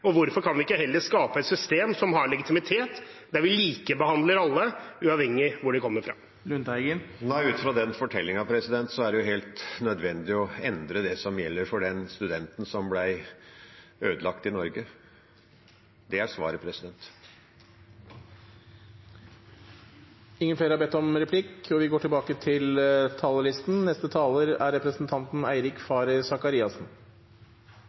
Hvorfor kan vi ikke heller skape et system som har legitimitet, der vi likebehandler alle, uavhengig av hvor de kommer fra? Ut fra den fortellingen er det helt nødvendig å endre det som gjelder for studenten som ble ødelagt i Norge. Det er svaret. Replikkordskiftet er omme. SV vil ha et samfunn med små forskjeller og gode sikkerhetsnett. Dette gir folk muligheter. Å ha jobb gir økonomisk trygghet og mulighet til